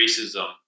racism